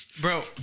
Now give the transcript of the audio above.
bro